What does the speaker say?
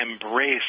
embrace